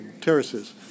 terraces